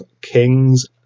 Kings